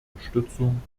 unterstützung